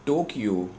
Tokyo